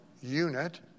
unit